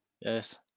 Yes